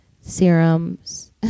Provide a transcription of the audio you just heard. serums